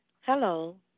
Hello